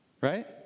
right